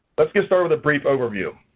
let's get started with a brief overview.